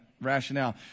rationale